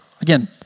again